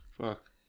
Fuck